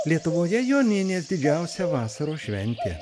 lietuvoje joninės didžiausia vasaros šventė